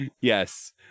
yes